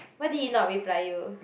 what did he not reply you